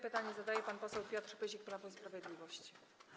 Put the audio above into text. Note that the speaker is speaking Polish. Pytanie zadaje pan poseł Piotr Pyzik, Prawo i Sprawiedliwość.